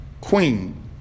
queen